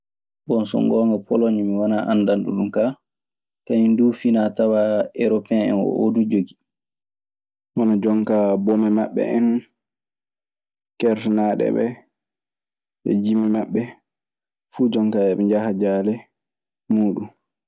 Bon so ngoonga, poloñ mi wanaa anndanɗo ɗun. Kaa, kañun duu finaa tawaa eropen, oo duu jogii. Hono jon kaa bome maɓɓe en, kertanaaɗe ɓe e jimi maɓɓe. Fuu jon kaa, eɓe njaha jaale muuɗun.